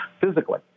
physically